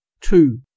Two